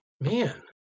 Man